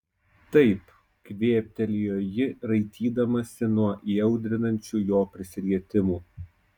taip kvėptelėjo ji raitydamasi nuo įaudrinančių jo prisilietimų